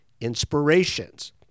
inspirations